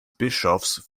bischofs